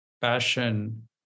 passion